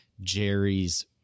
Jerry's